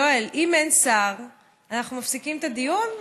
יואל, אם אין שר אנחנו מפסיקים את הדיון?